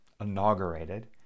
inaugurated